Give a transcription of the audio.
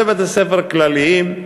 אז זה בתי-ספר כלליים,